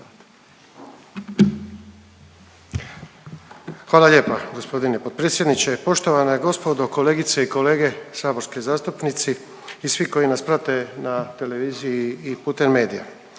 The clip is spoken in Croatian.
Hvala lijepa g. potpredsjedniče. Poštovana gospodo, kolegice i kolege saborski zastupnici i svi koji nas prate na televiziji i putem medija.